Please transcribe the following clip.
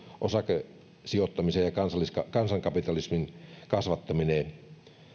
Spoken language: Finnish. osakesijoittamisen ja kansankapitalismin kasvattamiseen